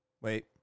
Wait